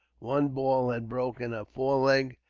one ball had broken a foreleg,